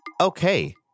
Okay